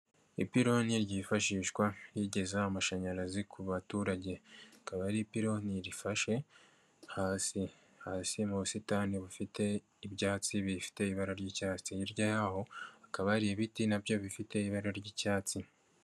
Ipironi ryifashishwa rigeza amashanyarazi ku baturage, rikaba ari ipironi rifashe hasi, hasi mu busitani bufite ibyatsi bifite ibara ry'icyatsi, hirya yaho hakaba hari ibiti nabyo bifite ibara ry'icyatsi.